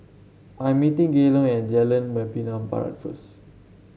I am meeting Gaylon at Jalan Membina Barat first